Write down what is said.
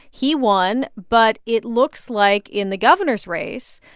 he won. but it looks like, in the governor's race,